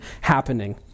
happening